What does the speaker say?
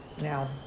Now